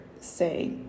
say